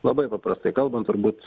labai paprastai kalbant turbūt